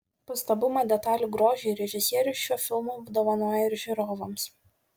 pastabumą detalių grožiui režisierius šiuo filmu dovanoja ir žiūrovams